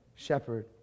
shepherd